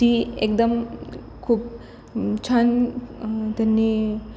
ती एकदम खूप छान त्यांनी